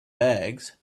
bags